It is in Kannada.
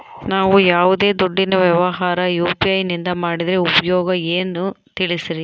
ನಾವು ಯಾವ್ದೇ ದುಡ್ಡಿನ ವ್ಯವಹಾರ ಯು.ಪಿ.ಐ ನಿಂದ ಮಾಡಿದ್ರೆ ಉಪಯೋಗ ಏನು ತಿಳಿಸ್ರಿ?